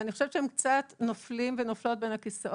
אבל אני חושבת שהם קצת נופלים ונופלות בין הכיסאות,